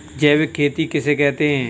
जैविक खेती किसे कहते हैं?